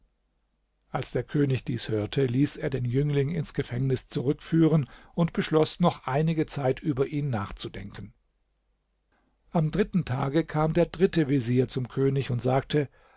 als der könig dies hörte ließ er den jüngling ins gefängnis zurückführen und beschloß noch einige zeit über ihn nachzudenken am dritten tage kam der dritte vezier zum könig und sagte